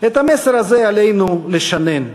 את המסר הזה עלינו לשנן,